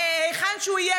היכן שהוא יהיה.